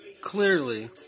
clearly